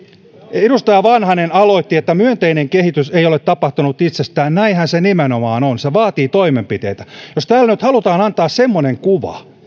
edustaja vanhanen aloitti että myönteinen kehitys ei ole tapahtunut itsestään näinhän se nimenomaan on se vaatii toimenpiteitä jos täällä nyt halutaan antaa semmoinen kuva